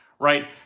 Right